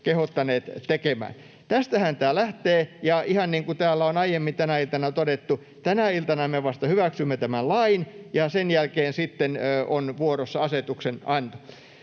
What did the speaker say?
kehottaneet tekemään. Tästähän tämä lähtee, ja ihan niin kuin täällä on aiemmin tänä iltana todettu, tänä iltana me vasta hyväksymme tämän lain ja sen jälkeen sitten on vuorossa asetuksen anto.